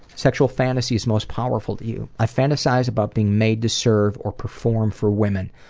sexual fantasies most powerful to you i fantasize about being made to serve or perform for women.